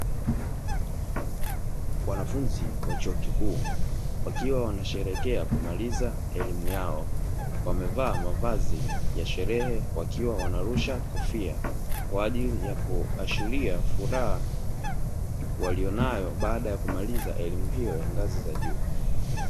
Wanafunzi wa chuo kikuu wakiwa wanasheherekea kumaliza elimu yao, wamevaa mavazi ya sherehe wakiwa wanarusha kofia kwa ajili ya kuashiria furaha walionayo baada ya kumaliza elimu hiyo ya ngazi za juu.